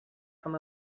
com